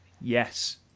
Yes